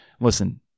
listen